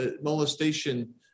molestation